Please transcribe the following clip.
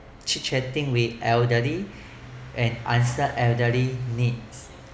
chit chatting with elderly and answer elderly needs